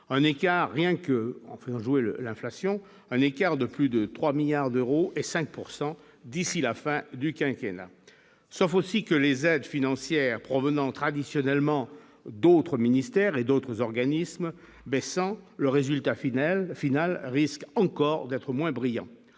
un écart de plus de 3 milliards d'euros et 5 pourcent d'ici la fin du quinquennat sauf aussi que les aides financières provenant traditionnellement d'autres ministères et d'autres organismes baissant le résultat final, final risque encore d'être moins brillant